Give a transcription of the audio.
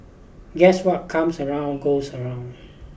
guess what comes around goes around